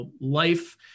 life